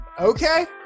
Okay